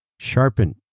Sharpen